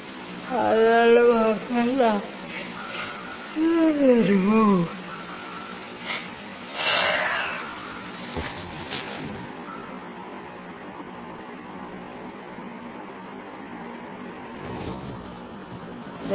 சாதாரண நாம் இந்த வழியில் வருவோம்